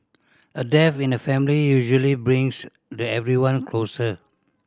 a death in the family usually brings the everyone closer